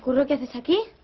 look at the sky.